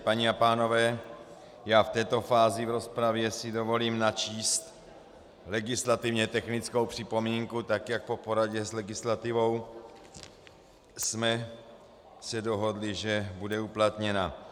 Paní a pánové, v této fázi v rozpravě si dovolím načíst legislativně technickou připomínku, tak jak po poradě s legislativou jsme se dohodli, že bude uplatněna.